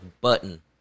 button